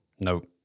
Nope